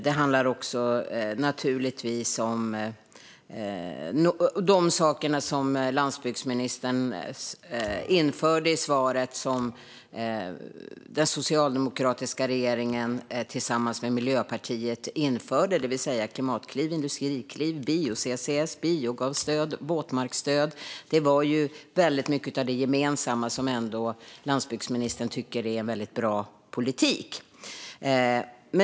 Det handlar naturligtvis också om de saker som landsbygdsministern nämnde i svaret och som den socialdemokratiska regeringen införde tillsammans med Miljöpartiet, det vill säga klimatkliv, industrikliv, bio-CCS, biogasstöd och våtmarksstöd. Väldigt mycket av det gemensamma tycker landsbygdsministern ändå är bra politik.